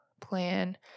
plan